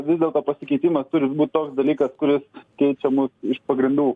vis dėlto pasikeitimas turi būt toks dalykas kuris keičia mus iš pagrindų